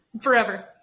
Forever